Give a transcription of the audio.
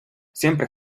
siempre